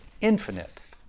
infinite